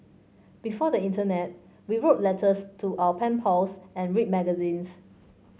before the internet we wrote letters to our pen pals and read magazines